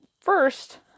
first